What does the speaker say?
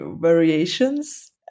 variations